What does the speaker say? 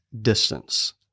distance